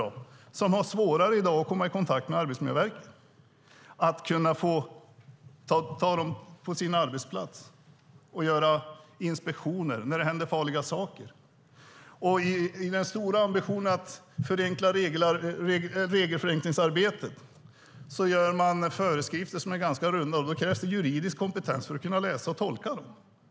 De har i dag svårare att komma i kontakt med Arbetsmiljöverket och kunna få dem till sin arbetsplats för att göra inspektioner när det händer farliga saker. I den stora ambitionen när det gäller regelförenklingsarbetet gör man föreskrifter som är ganska runda, och då krävs det också juridisk kompetens för att man ska kunna läsa och tolka dem.